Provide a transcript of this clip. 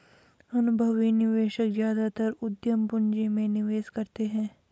अनुभवी निवेशक ज्यादातर उद्यम पूंजी में निवेश करते हैं